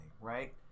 right